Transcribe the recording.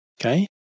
Okay